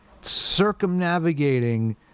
circumnavigating